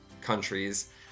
countries